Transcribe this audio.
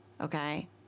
Okay